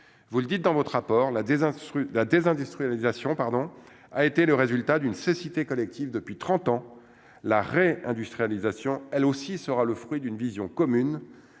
vous le dites dans votre rapport, la désastreuse la désindustrialisation pardon a été le résultat d'une cécité collective depuis 30 ans la ré-industrialisation, elle aussi, sera le fruit d'une vision commune,